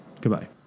goodbye